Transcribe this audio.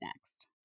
next